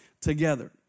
together